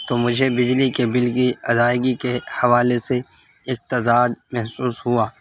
تو مجھے بجلی کے بل کی ادائیگی کے حوالے سے اقتصاد محسوس ہوا